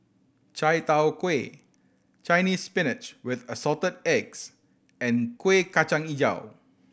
chai tow kway Chinese Spinach with Assorted Eggs and Kuih Kacang Hijau